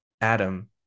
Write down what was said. Adam